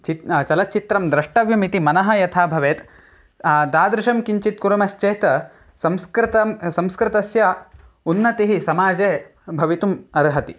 चित् चलच्चित्रं द्रष्टव्यम् इति मनः यथा भवेत् तादृशं किञ्चित् कुर्मश्चेत् संस्कृतं संस्कृतस्य उन्नतिः समाजे भवितुम् अर्हति